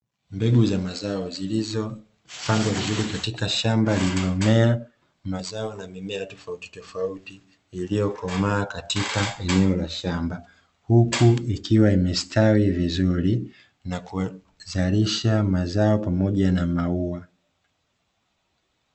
Mbegu za mazao zilizopandwa vizuri katika shamba lililommmea mazao na mimea tofautitofauti iliyokomaa, katika eneo la shamba huku ikiwa imestawi vizuri na kuzalisha mazao pamoja na maua.